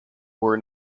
were